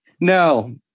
No